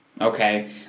okay